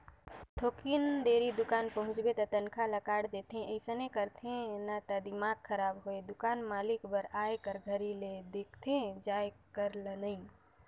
थोकिन देरी दुकान पहुंचबे त तनखा ल काट देथे अइसन करथे न त दिमाक खराब होय दुकान मालिक बर आए कर घरी ले देखथे जाये कर ल नइ